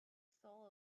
soul